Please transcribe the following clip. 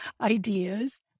ideas